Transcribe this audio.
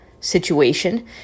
situation